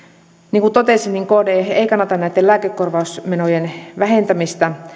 niin kuin totesin kd ei kannata näitten lääkekorvausmenojen vähentämistä